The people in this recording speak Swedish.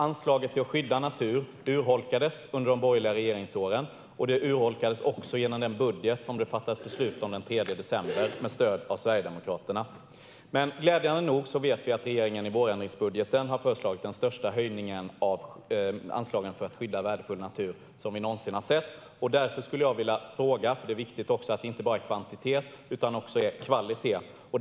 Anslagen till att skydda natur urholkades under de borgerliga regeringsåren och även genom den budget som det fattades beslut om den 3 december, med stöd av Sverigedemokraterna. Glädjande nog har regeringen i vårändringsbudgeten föreslagit den största höjningen av anslagen för att skydda värdefull natur som vi någonsin har sett. Det är viktigt att det inte bara är kvantitet utan också kvalitet.